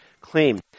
claim